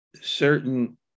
certain